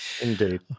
indeed